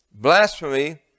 Blasphemy